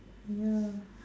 ya